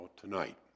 tonight